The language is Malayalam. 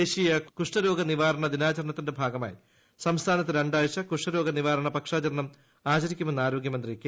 സ്പർശ് ഇന്ന് ദേശീയ കുഷ്ഠരോഗ നിവാരണ ദിനാചരണത്തിന്റെ ഭാഗമായി സംസ്ഥാനത്ത് രണ്ടാഴ്ച കുഷ്ഠരോഗ നിവാരണ പക്ഷാചരണം ആചരിക്കുമെന്ന് ആരോഗ്യ മന്ത്രി കെ